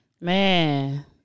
Man